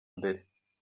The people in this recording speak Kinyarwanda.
mbere